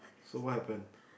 so what happened